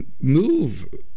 move